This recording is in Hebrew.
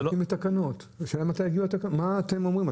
מה אתם אומרים,